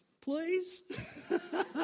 Please